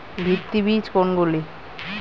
ভিত্তি বীজ কোনগুলি?